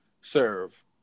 serve